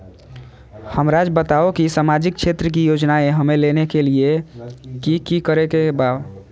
हमराज़ बताओ कि सामाजिक क्षेत्र की योजनाएं हमें लेने के लिए कि कि करे के बा?